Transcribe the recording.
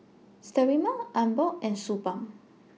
Sterimar Abbott and Suu Balm